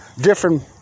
different